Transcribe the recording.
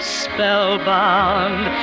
spellbound